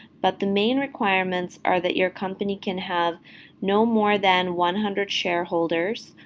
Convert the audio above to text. but the main requirements are that your company can have no more than one hundred shareholders,